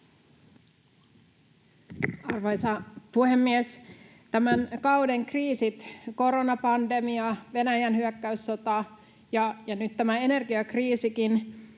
Arvoisa puhemies! Tämän kauden kriisit, koronapandemia, Venäjän hyökkäyssota ja nyt tämä energiakriisikin,